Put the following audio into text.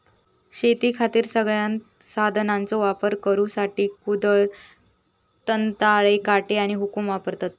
शेतीखातीर सगळ्यांत साधनांचो वापर करुसाठी कुदळ, दंताळे, काटे आणि हुकुम वापरतत